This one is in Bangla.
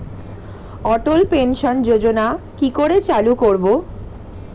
অটল পেনশন যোজনার কি করে চালু করব?